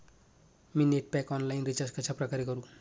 मी net pack online recharge कशाप्रकारे करु?